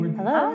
Hello